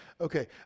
okay